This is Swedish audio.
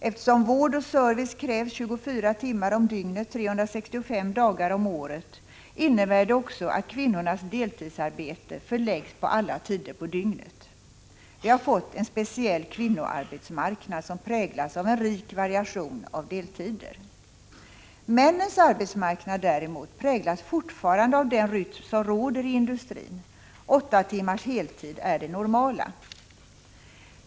Eftersom vård och service krävs 24 timmar om dygnet, 365 dagar om året innebär det att kvinnornas deltidsarbete förläggs till alla tider på dygnet. Vi har fått en speciell kvinnoarbetsmarknad, som präglas av en rik variation av deltider. Männens arbetsmarknad däremot präglas fortfarande av den rytm som råder i industrin. Åtta timmars heltidsarbete är det normala.